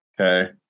okay